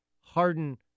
Harden